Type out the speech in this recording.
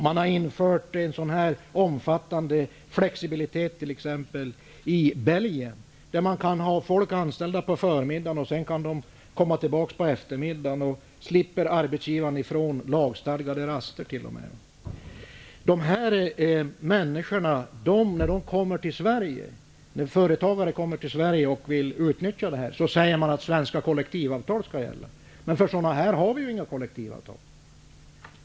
Man har infört en omfattande flexibilitet i t.ex. Belgien. Man kan ha folk anställda på förmidagen. Sedan kan de komma tillbaka på eftermiddagen. Arbetsgivaren slipper t.o.m. ifrån ansvar för lagstadgade raster. När företagare kommer till Sverige och vill utnyttja detta, säger man att svenska kollektivavtal skall gälla. Men för sådana jobb har vi inga kollektivavtal.